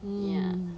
mm